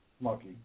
Monkey